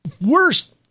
worst